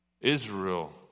Israel